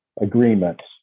agreements